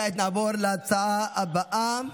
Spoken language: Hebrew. כעת נעבור להצעה הבאה: